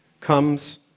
comes